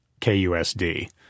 KUSD